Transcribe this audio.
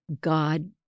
God